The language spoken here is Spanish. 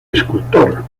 escultor